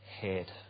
head